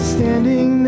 Standing